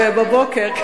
בבוקר.